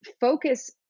focus